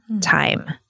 time